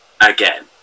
again